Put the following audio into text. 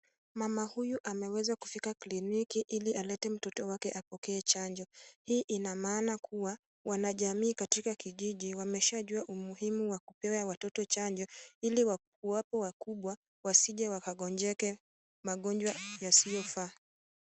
Mama huyu ameweza kufika kliniki ili alete mtoto wake apokee chanjo, hii ina maana kuwa wanajamii katika kijiji wameshajua umuhimu wa kupea watoto chanjo ili wakuwapo wakubwa wasije wakagonjeke magonjwa yasiyofaa.